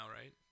right